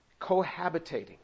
cohabitating